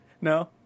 No